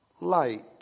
light